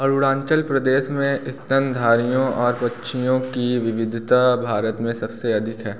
अरुणाचल प्रदेश में स्तनधारियों और पक्षियों की विविधता भारत में सबसे अधिक है